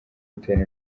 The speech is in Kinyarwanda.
gutera